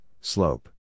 slope